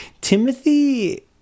Timothy